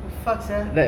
the fuck sia